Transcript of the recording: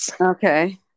Okay